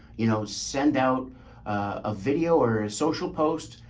you know, send out a video or a social post,